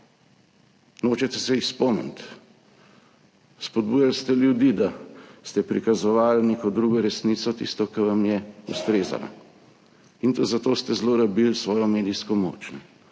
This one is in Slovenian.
nočete se jih spomniti. Spodbujali ste ljudi, da ste prikazovali neko drugo resnico, tisto, ki vam je ustrezala, in tudi za to ste zlorabili svojo medijsko moč.